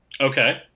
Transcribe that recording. Okay